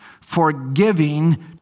Forgiving